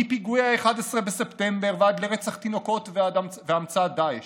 מפיגועי 11 בספטמבר ועד לרצח תינוקות והמצאת דאעש.